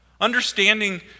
Understanding